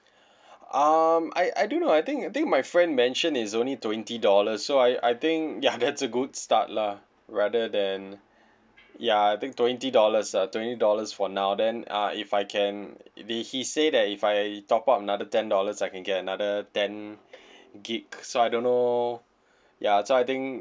um I I don't know I think I think my friend mention it's only twenty dollar so I I think ya that's a good start lah rather than ya I think twenty dollars uh twenty dollars for now then uh if I can they he say that if I top up another ten dollars I can get another ten gig so I don't know ya so I think